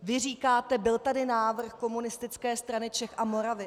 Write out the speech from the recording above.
Vy říkáte: Byl tady návrh Komunistické strany Čech a Moravy.